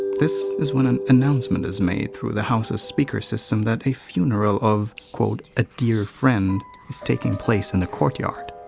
this is when an announcement is made through the house's speaker system that a funeral of a dear friend is taking place in the courtyard.